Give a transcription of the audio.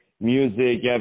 music